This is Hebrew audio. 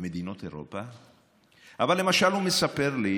במדינות אירופה, אבל למשל הוא מספר לי